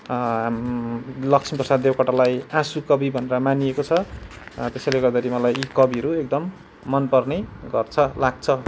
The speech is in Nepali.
लक्ष्मीप्रसाद देवकोटालाई आँसुकवि भनेर मानिएको छ त्यसैले गर्दाखेरि मलाई यी कविहरू एकदम मनपर्ने गर्छ लाग्छ